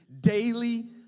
daily